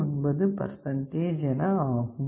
39 percentage என ஆகும்